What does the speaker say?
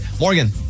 Morgan